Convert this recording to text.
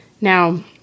Now